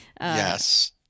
Yes